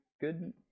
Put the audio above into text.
good